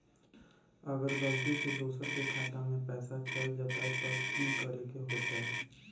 अगर गलती से दोसर के खाता में पैसा चल जताय त की करे के होतय?